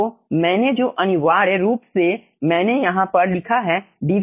तो मैंने जो अनिवार्य रूप से मैंने यहाँ पर लिखा है dvfg